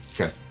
okay